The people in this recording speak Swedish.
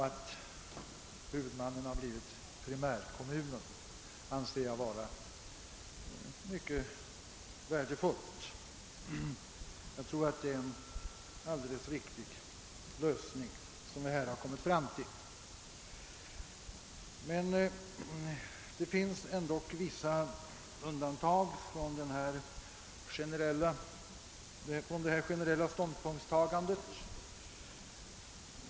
Att primärkommunen har blivit huvudman anser jag vara mycket värdefullt — jag tror det är en alldeles riktig lösning som man har kommit fram till. Det finns emellertid vissa undantag från detta generella ståndpunktstagande.